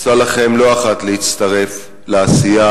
הוצע לכם לא אחת להצטרף לעשייה,